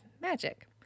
Magic